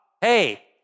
Hey